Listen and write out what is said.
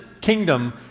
kingdom